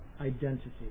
identity